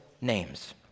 names